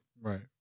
Right